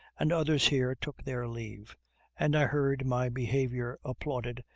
and others here took their leave and i heard my behavior applauded,